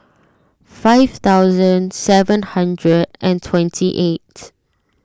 five thousand seven hundred and twenty eight